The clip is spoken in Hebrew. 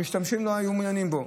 המשתמשים לא היו מעוניינים בו.